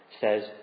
says